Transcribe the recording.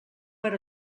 per